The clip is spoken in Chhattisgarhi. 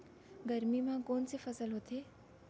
गरमी मा कोन से फसल होथे?